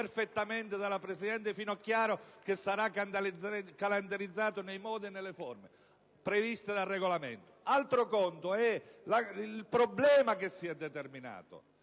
perfettamente argomentato la presidente Finocchiaro, che sarà calendarizzata nei modi e nelle forme previste dal Regolamento; altro conto è il problema che si è determinato,